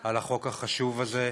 על החוק החשוב הזה.